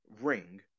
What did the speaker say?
ring